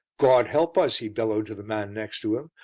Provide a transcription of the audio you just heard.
gawd help us! he bellowed to the man next to him,